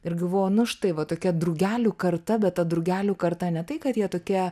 ir galvojau na štai va tokia drugelių karta bet ta drugelių karta ne tai kad jie tokie